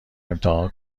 امتحان